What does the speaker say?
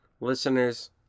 listeners